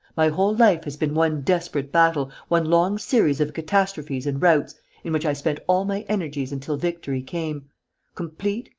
my whole life has been one desperate battle, one long series of catastrophes and routs in which i spent all my energies until victory came complete,